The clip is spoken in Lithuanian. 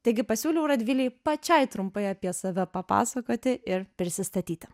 taigi pasiūliau radvilei pačiai trumpai apie save papasakoti ir prisistatyti